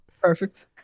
Perfect